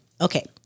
Okay